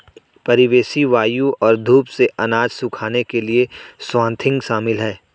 परिवेशी वायु और धूप से अनाज सुखाने के लिए स्वाथिंग शामिल है